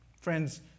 Friends